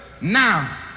now